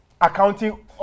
accounting